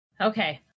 okay